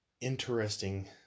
interesting